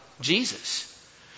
Jesus